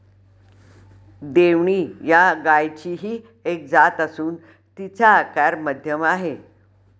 देवणी या गायचीही एक जात असून तिचा आकार मध्यम आहे